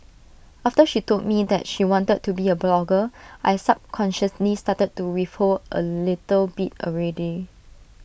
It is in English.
after she told me that she wanted to be A blogger I subconsciously started to withhold A little bit already